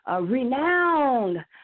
renowned